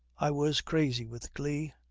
i was crazy with glee,